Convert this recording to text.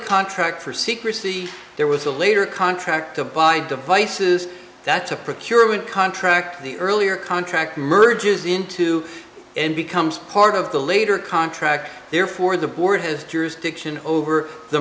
contract for secrecy there was a later contract to buy devices that's a procurement contract the earlier contract merges into and becomes part of the later contract therefore the board has jurisdiction over the